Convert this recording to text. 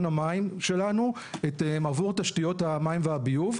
המים שלנו עבור תשתיות המים והביוב,